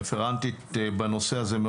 הרפרנטית בנושא הזה.